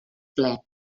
ple